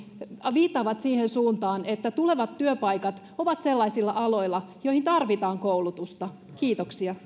viittaavat siihen suuntaan että tulevat työpaikat ovat sellaisilla aloilla joihin tarvitaan koulutusta kiitoksia